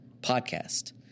podcast